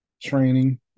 training